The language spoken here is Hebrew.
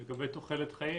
לגבי תוחלת חיים,